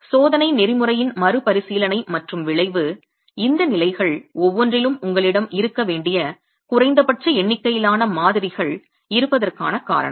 சோதனை நெறிமுறையின் மறுபரிசீலனை மற்றும் விளைவு இந்த நிலைகள் ஒவ்வொன்றிலும் உங்களிடம் இருக்க வேண்டிய குறைந்தபட்ச எண்ணிக்கையிலான மாதிரிகள் இருப்பதற்கான காரணம்